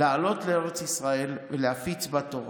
לעלות לארץ ישראל ולהפיץ בה תורה.